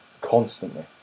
Constantly